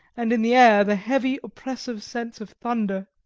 and in the air the heavy, oppressive sense of thunder.